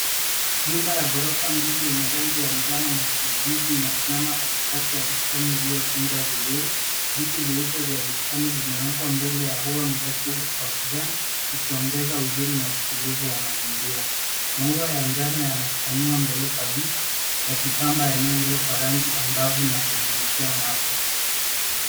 Nyumba ya ghorofa mbili yenye rangi ya njano na kijivu inasimama katikati ya bustani iliyo tunzwa vizuri .Viti vyeupe vya bustani vimewekwa mbele ya ua mrefu wa kijani, ukiongeza uzuri na utulivu wa mazingira. Maua ya njano yanachanua mbele kabisa, yakipamba eneo hilo kwa rangi angavu na kuvutia macho.